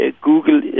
Google